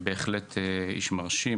בהחלט איש מרשים.